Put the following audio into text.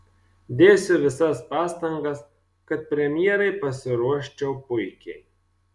dėsiu visas pastangas kad premjerai pasiruoščiau puikiai